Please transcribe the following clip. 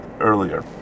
earlier